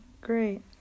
Great